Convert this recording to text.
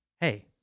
Hey